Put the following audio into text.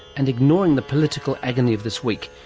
and ignoring the political agony of this week,